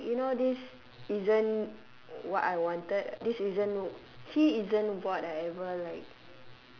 like you know this isn't what I wanted this isn't he isn't what I ever like